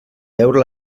veure